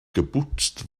geputzt